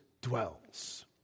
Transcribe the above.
dwells